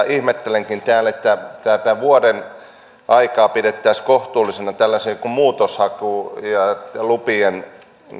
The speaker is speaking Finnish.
ihmettelenkin että täällä tätä vuoden aikaa pidettäisiin kohtuullisena tällaiseen muutoshakuun ja lupien